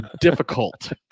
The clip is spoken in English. Difficult